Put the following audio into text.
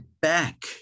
back